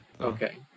okay